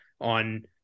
on